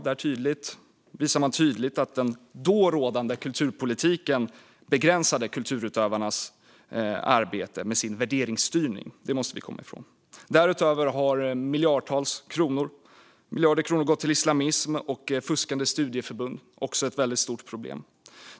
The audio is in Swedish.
Där visade man tydligt att den då rådande kulturpolitiken begränsade kulturutövarnas arbete genom sin värderingsstyrning. Det måste vi komma ifrån. Därutöver har miljarder kronor gått till islamism och fuskande studieförbund. Det är också ett väldigt stort problem.